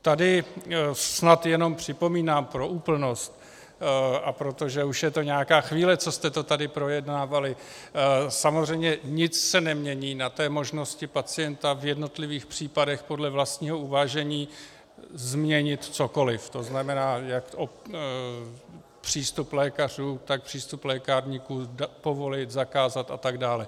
Tady snad jenom připomínám pro úplnost, a protože už je to nějaká chvíle, co jste to tady projednávali, samozřejmě nic se nemění na možnosti pacienta v jednotlivých případech podle vlastního uvážení změnit cokoliv, to znamená, přístup lékařů, tak přístup lékárníků povolit, zakázat a tak dále.